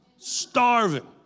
Starving